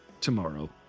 tomorrow